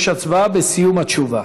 יש הצבעה בסיום התשובה.